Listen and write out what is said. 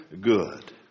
good